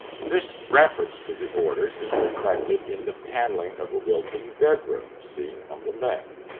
this reference to the orders is reflected in the paneling of a wilton bedroom seen on the left.